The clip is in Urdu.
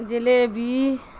جلےبی